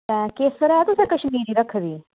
केसर ऐ तुसें कशमीरी रक्खी दी